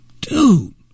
dude